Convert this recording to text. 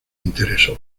interesó